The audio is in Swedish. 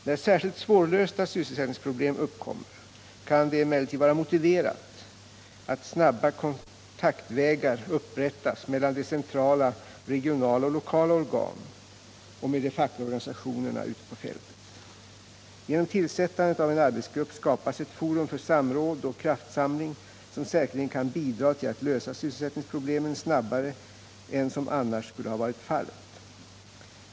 När särskilt svårlösta sysselsättningsproblem uppkommer kan det emellertid vara motiverat att snabba kontaktvägar upprättas mellan de centrala, regionala och lokala organen och med de fackliga organisationerna ute på fältet. Genom tillsättandet av en arbetsgrupp skapas ett forum för samråd och kraftsamling som säkerligen kan bidra till att lösa sysselsättningsproblemen snabbare än som annars skulle ha varit fallet.